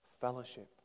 fellowship